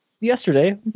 yesterday